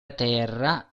terra